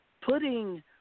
putting